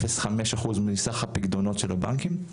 0.5% מסך הפיקדונות של הבנקים,